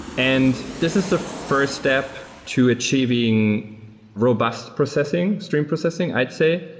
and this is the first step to achieving robust processing, stream processing, i'd say.